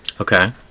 Okay